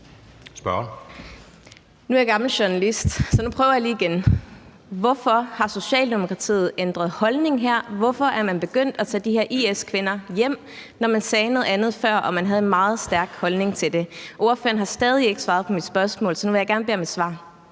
Nu er jeg gammel journalist, så nu prøver jeg lige igen: Hvorfor har Socialdemokratiet ændret holdning her? Hvorfor er man begyndt at tage de her IS-kvinder hjem, når man sagde noget andet før og man havde en meget stærk holdning til det? Ordføreren har stadig ikke svaret på mit spørgsmål, så nu vil jeg gerne bede om et svar.